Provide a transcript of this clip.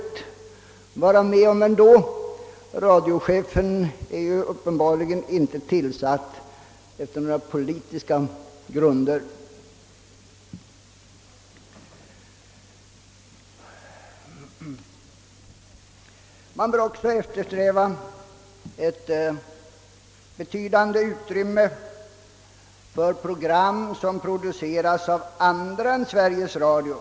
Man bör också eftersträva ett betydande utrymme för program som produceras av andra än Sveriges Radio.